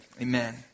Amen